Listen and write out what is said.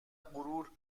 غرور